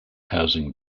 housing